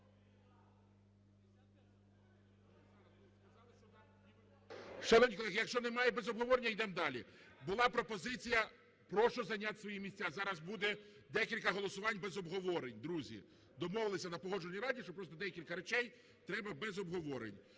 Шановні колеги, якщо немає – без обговорення, ідемо далі. Була пропозиція... Прошу зайняти свої місця, зараз буде декілька голосувань без обговорень. Друзі, домовилися на Погоджувальній раді, що просто декілька речей треба без обговорень.